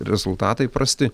rezultatai prasti